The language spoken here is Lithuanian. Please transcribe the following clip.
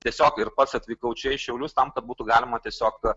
tiesiog ir pats atvykau čia į šiaulius tam kad būtų galima tiesiog